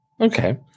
Okay